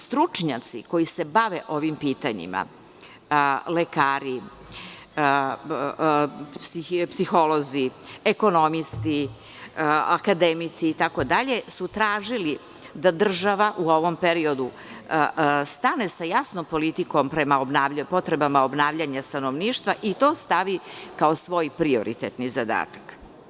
Stručnjaci koji se bave ovim pitanjima, lekari, psiholozi, ekonomisti, akademici itd. su tražili da država u ovom periodu stane sa jasnom politikom prema potrebama obnavljanja stanovništva i da to stavi kao svoj prioritetni zadatak.